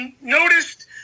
noticed